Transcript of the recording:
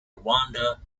rwanda